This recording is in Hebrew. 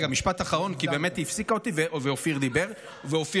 הם מילאו קול קורא והם